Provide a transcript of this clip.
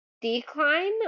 decline